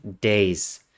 days